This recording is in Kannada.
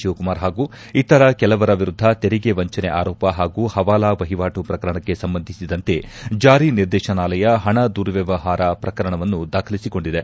ಶಿವಕುಮಾರ್ ಹಾಗೂ ಇತರ ಕೆಲವರ ವಿರುದ್ದ ತೆರಿಗೆ ವಂಚನೆ ಆರೋಪ ಹಾಗೂ ಹವಾಲಾ ವಹಿವಾಟು ಪ್ರಕರಣಕ್ಕೆ ಸಂಬಂಧಿಸಿದಂತೆ ಜಾರಿ ನಿರ್ದೇಶನಾಲಯ ಪಣ ದುರ್ವ್ಲವಹಾರ ಪ್ರಕರಣವನ್ನು ದಾಖಲಿಸಿಕೊಂಡಿದೆ